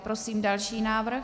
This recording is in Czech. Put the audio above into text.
Prosím další návrh.